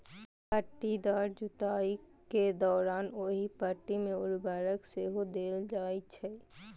पट्टीदार जुताइ के दौरान ओहि पट्टी मे उर्वरक सेहो देल जाइ छै